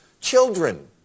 children